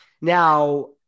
Now